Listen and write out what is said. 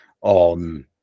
on